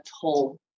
toll